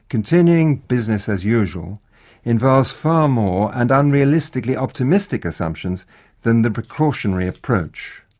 continuing business as usual involves far more and unrealistically optimistic assumptions than the precautionary approach.